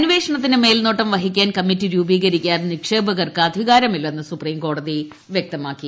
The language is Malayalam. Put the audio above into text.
അന്വേഷണത്തിന് മേൽനോട്ടം വഹിക്കാൻ കമ്മിറ്റി രൂപീകരിക്കാൻ നിക്ഷേപകർക്ക് അധികാരമില്ലെന്ന് സുപ്രീം കോടതി വൃക്തമാക്കി